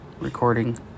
recording